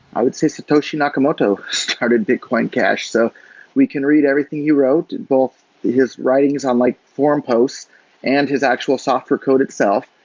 i would say satoshi nakamoto started bitcoin cash. so we can read everything he wrote, and both his writings on like forum posts and his actual software code itself.